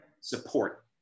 support